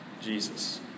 Jesus